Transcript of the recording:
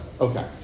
Okay